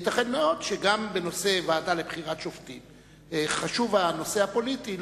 ייתכן מאוד שגם בנושא הוועדה לבחירת שופטים חשוב הנושא הפוליטי,